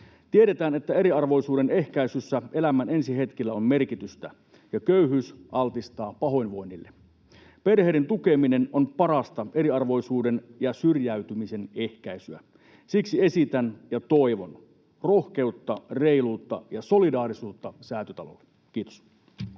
Tiedetään, että eriarvoisuuden ehkäisyssä elämän ensi hetkillä on merkitystä ja että köyhyys altistaa pahoinvoinnille. Perheiden tukeminen on parasta eriarvoisuuden ja syrjäytymisen ehkäisyä. Siksi esitän ja toivon rohkeutta, reiluutta ja solidaarisuutta Säätytalolle. [Speech